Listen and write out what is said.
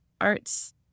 arts